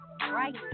Right